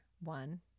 one